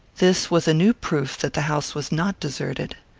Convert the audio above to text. this was a new proof that the house was not deserted.